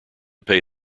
pay